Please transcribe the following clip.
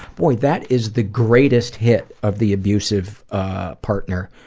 boy, that is the greatest hit of the abusive ah partner.